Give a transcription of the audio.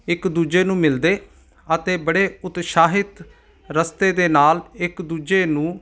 ਇੱਕ ਦੂਜੇ ਨੂੰ ਮਿਲਦੇ ਅਤੇ ਬੜੇ ਉਤਸਾਹਿਤ ਰਸਤੇ ਦੇ ਨਾਲ ਇੱਕ ਦੂਜੇ ਨੂੰ